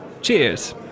Cheers